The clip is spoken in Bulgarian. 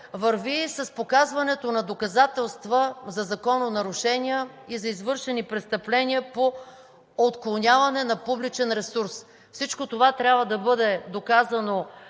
върви с показването на доказателства за закононарушения и за извършени престъпления по отклоняване на публичен ресурс. Всичко това трябва да бъде доказано